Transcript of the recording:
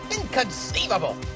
Inconceivable